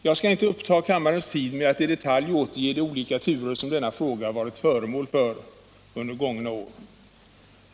Jag skall inte uppta kammarens tid med att i detalj återge de olika turer som denna fråga varit föremål för under gångna år.